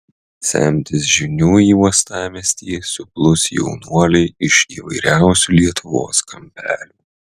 semtis žinių į uostamiestį suplūs jaunuoliai iš įvairiausių lietuvos kampelių